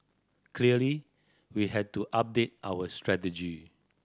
clearly we had to update our strategy